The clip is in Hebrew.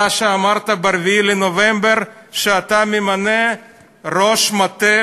אתה, שאמרת ב-4 בנובמבר שאתה ממנה ראש מטה